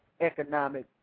economic